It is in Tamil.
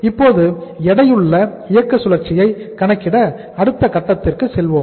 இப்போது எடையுள்ள இயக்க சுழற்சியை கணக்கிட அடுத்த கட்டத்திற்கு செல்வோம்